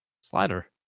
Slider